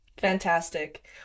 Fantastic